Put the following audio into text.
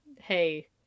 Hey